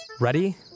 Ready